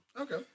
Okay